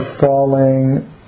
falling